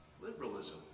liberalism